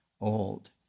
old